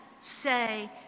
say